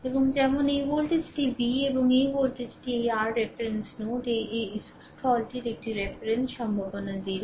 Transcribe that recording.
এবং যেমন এই ভোল্টেজটি V এবং এই ভোল্টটি এই r রেফারেন্স নোড এটি এই স্থলটির একটি রেফারেন্স সম্ভাবনা 0